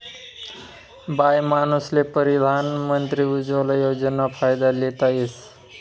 बाईमानूसले परधान मंत्री उज्वला योजनाना फायदा लेता येस